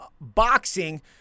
boxing